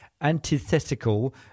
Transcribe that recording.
antithetical